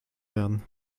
werden